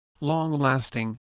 long-lasting